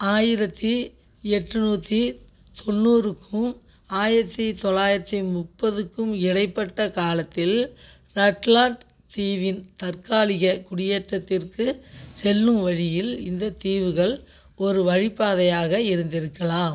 ஆயிரத்து எட்டுநூற்றி தொண்ணூறுக்கும் ஆயிரத்து தொள்ளாயிரத்து முப்பதுக்கும் இடைப்பட்ட காலத்தில் ரட்லாண்ட் தீவின் தற்காலிகக் குடியேற்றத்திற்குச் செல்லும் வழியில் இந்தத் தீவுகள் ஒரு வழிப்பாதையாக இருந்திருக்கலாம்